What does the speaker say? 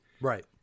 right